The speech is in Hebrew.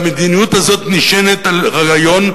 והמדיניות הזאת נשענת על רעיון,